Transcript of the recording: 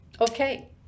Okay